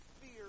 fear